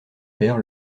père